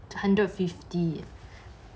to hundred fifty